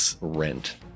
rent